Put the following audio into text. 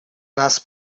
нас